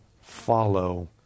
follow